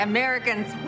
Americans